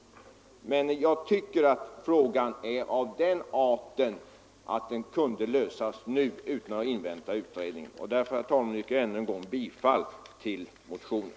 Frågan är enligt min mening av den arten att den kunde lösas nu utan att utredningen inväntas. Jag yrkar, herr talman, än en gång bifall till reservationen.